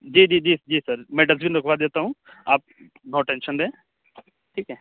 جی جی جی جی سر میں ڈسٹ بن رکھوا دیتا ہوں آپ نو ٹیشن رہیں ٹھیک ہے